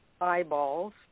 eyeballs